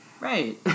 Right